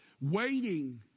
Waiting